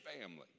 family